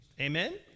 Amen